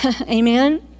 Amen